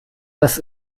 das